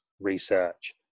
research